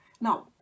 Now